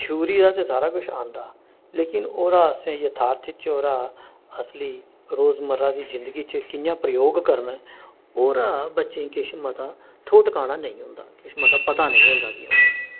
theory दा ते सारे कुछ आंदा लेकिन ओह्दा असेंगी यथार्थ च ओह्दा असली रोजमर्रा दी जिन्दगी च कि'यां प्रयोग करना ऐ ओह्दा बच्चें गी किश मता थौह् ठकाना नेईं होंदा किश मता नेईं होंदा